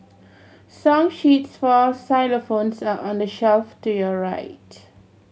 song sheets for xylophones are on the shelf to your right